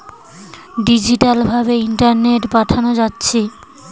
digital ভাবে ইন্টারনেটে পাঠানা যাচ্ছে